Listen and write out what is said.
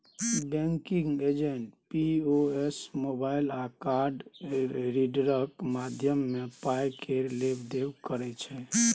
banking agent POS, mobile आ card रीडरक माध्यमे पाय केर लेब देब करै छै